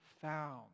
found